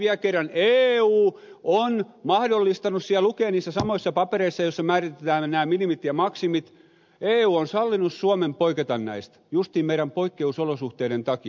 tässä vielä kerran eu on mahdollistanut lukee niissä samoissa papereissa joissa määritetään nämä minimit ja maksimit eu on sallinut suomen poiketa näistä normeista justiin meidän poikkeusolosuhteidemme takia